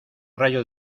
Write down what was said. rayo